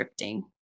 scripting